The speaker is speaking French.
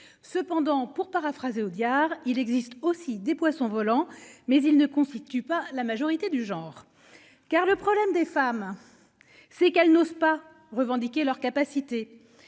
Cependant, pour paraphraser Audiard. Il existe aussi des poissons volants, mais ils ne constituent pas la majorité du genre. Car le problème des femmes. C'est qu'elles n'osent pas revendiquer leurs capacités